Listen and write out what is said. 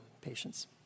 patients